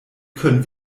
können